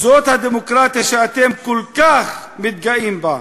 זאת הדמוקרטיה שאתם כל כך מתגאים בה.